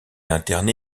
interné